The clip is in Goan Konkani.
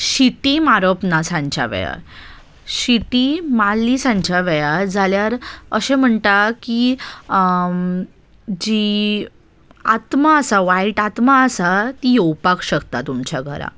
शिटी मारप ना सांच्या वेळार शिटी मारली सांच्या वेळार जाल्यार अशें म्हणटा की जी आत्मा आसा वायट आत्मा आसा ती येवपाक शकता तुमच्या घरां